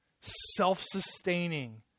self-sustaining